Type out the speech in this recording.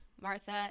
Martha